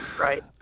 right